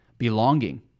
belonging